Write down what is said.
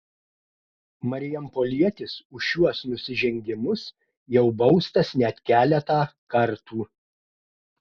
marijampolietis už šiuos nusižengimus jau baustas net keletą kartų